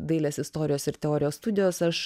dailės istorijos ir teorijos studijos aš